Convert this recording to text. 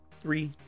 Three